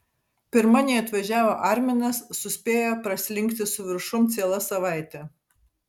pirma nei atvažiavo arminas suspėjo praslinkti su viršum ciela savaitė